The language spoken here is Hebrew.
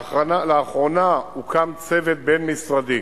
לאחרונה הוקם צוות בין-משרדי,